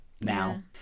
now